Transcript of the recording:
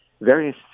various